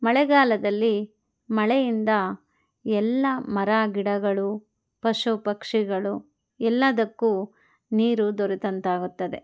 ಮಳೆಗಾಲದಲ್ಲಿ ಮಳೆಯಿಂದ ಎಲ್ಲ ಮರಗಿಡಗಳು ಪಶು ಪಕ್ಷಿಗಳು ಎಲ್ಲದಕ್ಕೂ ನೀರು ದೊರೆತಂತಾಗುತ್ತದೆ